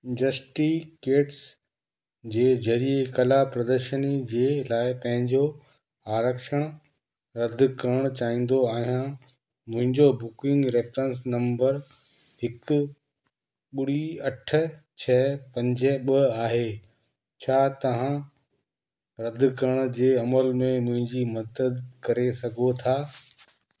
जस्टी केट्स जे ज़रिये कला प्रदर्शनी जे लाइ पंहिंजो आरक्षण रदि करणु चाहींदो आहियां मुंहिंजो बुकिंग रेफेरेंस नंबर हिकु ॿुड़ी अठ छह पंज ॿ आहे छा तव्हां रदि करण जे अमल में मुंहिंजी मदद करे सघो था